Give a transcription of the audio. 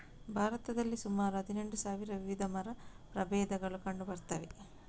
ಭಾರತದಲ್ಲಿ ಸುಮಾರು ಹದಿನೆಂಟು ಸಾವಿರ ವಿಧದ ಮರ ಪ್ರಭೇದಗಳು ಕಂಡು ಬರ್ತವೆ